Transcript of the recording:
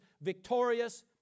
victorious